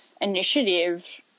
initiative